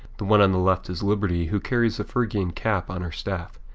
the one on the left is liberty who carries the phrygian cap on her staff.